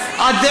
איזה השוואה,